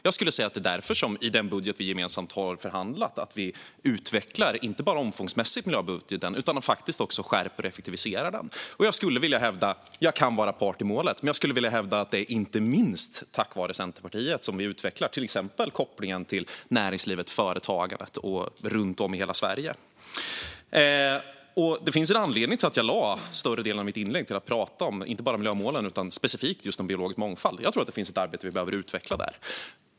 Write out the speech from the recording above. Jag skulle säga att det är därför vi i den budget vi gemensamt har förhandlat fram inte bara utvecklar miljöbudgeten omfångsmässigt utan faktiskt också skärper och effektiviserar den. Jag må vara part i målet, men jag skulle vilja hävda att det inte minst är tack vare Centerpartiet som vi till exempel utvecklar kopplingen till näringslivet och företagandet runt om i hela Sverige. Det finns en anledning till att jag ägnade större delen av mitt inlägg åt att prata inte bara om miljömålen i allmänhet utan specifikt just om biologisk mångfald. Jag tror att det finns ett arbete vi behöver utveckla där.